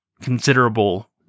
considerable